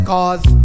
Cause